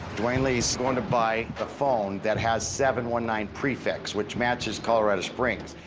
duane lee's going to buy a phone that has seven one nine prefix, which matches colorado springs.